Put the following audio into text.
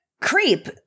creep